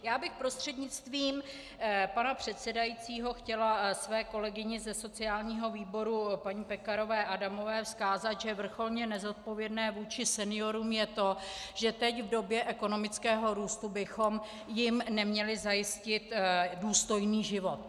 Já bych prostřednictvím pana předsedajícího chtěla své kolegyni ze sociálního výboru paní Pekarové Adamové vzkázat, že vrcholně nezodpovědné vůči seniorům je to, že teď v době ekonomického růstu bychom jim neměli zajistit důstojný život.